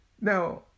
Now